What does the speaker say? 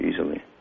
easily